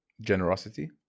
generosity